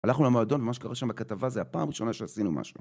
הלכנו למועדון, ומה שקרה שם בכתבה זה הפעם הראשונה שעשינו משהו.